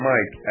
Mike